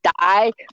die